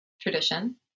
tradition